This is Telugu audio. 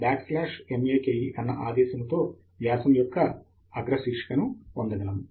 make అన్న ఆదేశముతో వ్యాసం యొక్క అగ్ర శీర్షిక ను పొందగలము